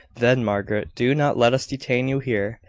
then, margaret, do not let us detain you here.